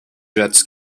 jets